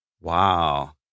Wow